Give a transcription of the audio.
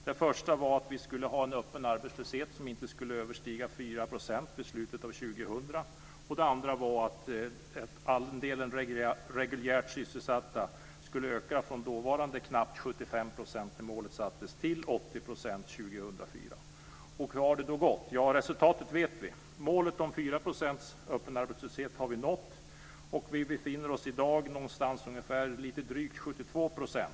Det första var att vi skulle ha en öppen arbetslöshet som inte skulle överstiga 4 % vid slutet av 2000. Det andra var att andelen reguljärt sysselsatta skulle öka från dåvarande knappa 75 % när målet sattes till 80 % Hur har det då gått? Resultatet vet vi. Målet om 4 % öppen arbetslöshet har vi nått. Vi befinner oss i dag på lite drygt 72 %.